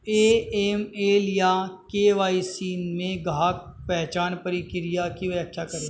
AML या KYC में ग्राहक पहचान प्रक्रिया की व्याख्या करें?